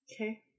Okay